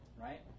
Right